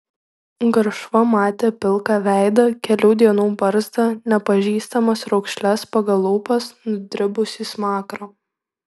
garšva matė pilką veidą kelių dienų barzdą nepažįstamas raukšles pagal lūpas nudribusį smakrą